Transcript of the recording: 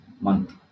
month